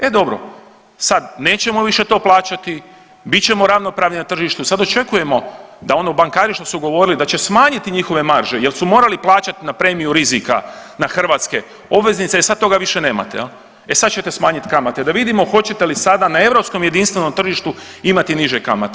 E dobro, sad nećemo više to plaćati bit ćemo ravnopravni na tržištu sad očekujemo da ono bankari što su govorili da će smanjiti njihove marže jer su morali plaćati na premiju rizika na hrvatske obveznice i sad toga više nemate, e sad ćete smanjit kamate da vidimo hoćete li sada na europskom jedinstvenom tržištu imati niže kamate.